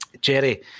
Jerry